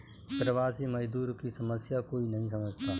प्रवासी मजदूर की समस्या कोई नहीं समझता